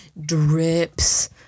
drips